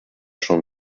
schon